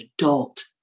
adult